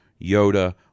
Yoda